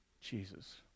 jesus